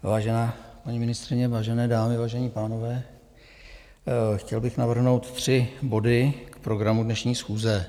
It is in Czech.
Vážená paní ministryně, vážené dámy, vážení pánové, chtěl bych navrhnout tři body k programu dnešní schůze.